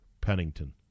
Pennington